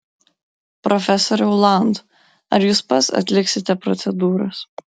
profesoriau land ar jūs pats atliksite procedūras